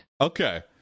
Okay